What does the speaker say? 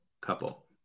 couple